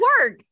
work